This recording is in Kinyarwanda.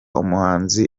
umuhanzi